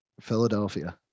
Philadelphia